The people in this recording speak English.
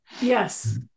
Yes